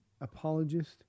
apologist